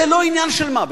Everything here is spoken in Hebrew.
זה לא עניין של מה בכך,